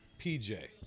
PJ